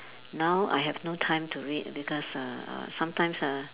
now I have no time to read because uh uh sometimes ah